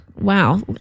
Wow